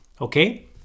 Okay